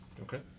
Okay